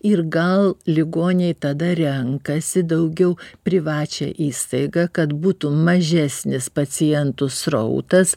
ir gal ligoniai tada renkasi daugiau privačią įstaigą kad būtų mažesnis pacientų srautas